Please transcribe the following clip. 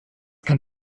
kann